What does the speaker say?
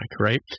right